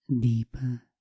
deeper